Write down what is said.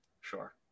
Sure